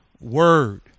word